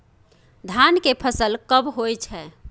धान के फसल कब होय छै?